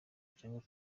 cyangwa